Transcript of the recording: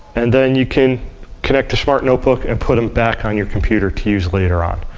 and then you can connect to smart notebook and put them back on your computer to use later on.